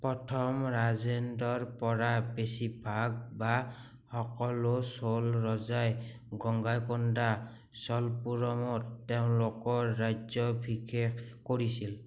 প্ৰথম ৰাজেন্দ্ৰৰ পৰা বেছিভাগ বা সকলো চোল ৰজাই গংগাইকোণ্ডা চোলপুৰমত তেওঁলোকৰ ৰাজ্যভিষেক কৰিছিল